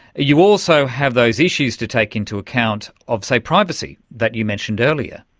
you also have those issues to take into account of, say, privacy that you mentioned earlier.